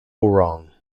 wrong